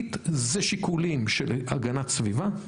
הישראלית זה שיקולים של הגנת סביבה,